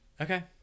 okay